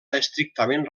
estrictament